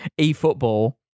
eFootball